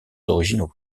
originaux